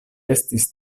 estis